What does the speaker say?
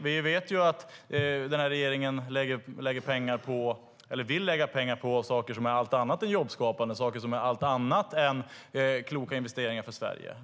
Vi vet att regeringen vill lägga pengar på saker som är allt annat än jobbskapande och kloka investeringar för Sverige.